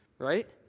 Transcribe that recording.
Right